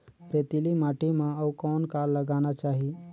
रेतीली माटी म अउ कौन का लगाना चाही?